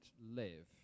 live